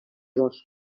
bosc